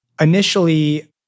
initially